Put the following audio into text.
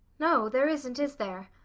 no, there isn't, is there?